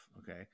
okay